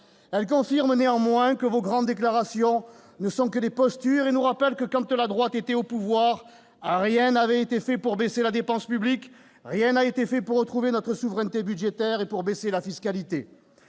Elle confirme néanmoins que vos grandes déclarations ne sont que des postures et nous rappelle que, lorsque la droite était au pouvoir, rien n'a été fait pour baisser la dépense publique, rien n'a été fait pour retrouver notre souveraineté budgétaire ni pour baisser la fiscalité.